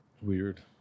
weird